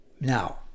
Now